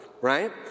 right